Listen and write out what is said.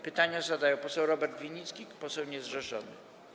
Pytanie zadaje poseł Robert Winnicki, poseł niezrzeszony.